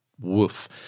woof